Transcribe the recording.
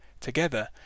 Together